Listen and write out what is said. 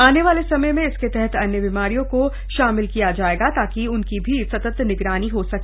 आने वाले समय में इसके तहत अन्य बीमारियों को शामिल किया जायेगा ताकि उनकी भी सतत निगरानी हो सके